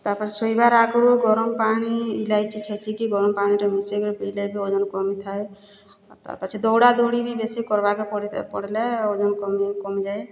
ତା'ପରେ ଶୁଇବାର୍ ଆଗ୍ରୁ ଗରମ୍ ପାଣି ଇଲାଇଚି ଛେଚିକି ଗରମ ପାଣିରେ ମିସେଇକିରୀ ପିଇଲେ ବି ଓଜନ କମିଥାଏ ତାର୍ ପଛେ ଦୌଡ଼ା ଦୌଡ଼ି ବି ବେଶୀ କର୍ବାକେ ପଡି ପଡ଼ିଲେ ଓଜନ୍ କମି କମିଯାଏ